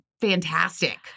fantastic